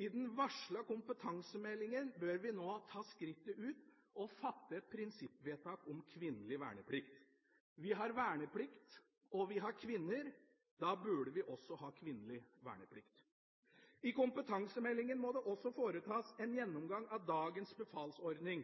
I den varslede kompetansemeldingen bør vi nå ta skrittet fullt ut og fatte et prinsippvedtak om kvinnelig verneplikt. Vi har verneplikt, og vi har kvinner. Da burde vi også ha kvinnelig verneplikt. I kompetansemeldingen må det også foretas en gjennomgang av dagens befalsordning.